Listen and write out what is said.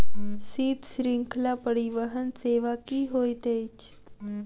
शीत श्रृंखला परिवहन सेवा की होइत अछि?